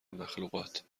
مخلوقات